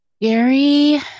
Gary